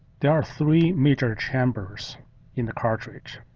there are three major chambers in the cartridge.